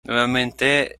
nuevamente